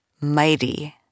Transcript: mighty